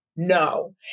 No